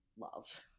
love